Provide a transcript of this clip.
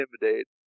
intimidate